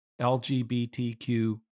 LGBTQ